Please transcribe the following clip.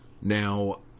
Now